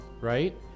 Right